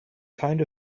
kind